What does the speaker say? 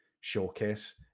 showcase